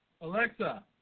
Alexa